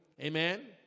amen